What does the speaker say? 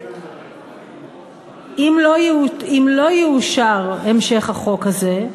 אם לא יאושר המשך החוק הזה,